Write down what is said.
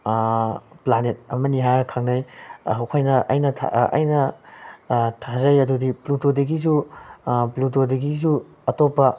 planet ꯑꯃꯅꯤ ꯍꯥꯏꯔꯒ ꯈꯪꯅꯩ ꯑꯩꯈꯣꯏꯅ ꯑꯩꯅ ꯊꯥꯖꯩ ꯑꯗꯨꯗꯤ ꯄ꯭ꯂꯨꯇꯣꯗꯒꯤꯁꯨ ꯄ꯭ꯂꯨꯇꯣꯗꯒꯤꯁꯨ ꯑꯇꯣꯞꯄ